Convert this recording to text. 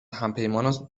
همپیمانان